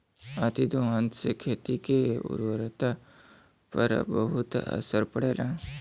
अतिदोहन से खेती के उर्वरता पर बहुत असर पड़ेला